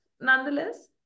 nonetheless